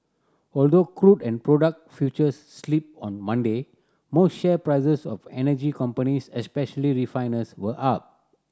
although crude and product futures slipped on Monday most share prices of energy companies especially refiners were up